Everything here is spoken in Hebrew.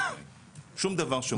שום דבר.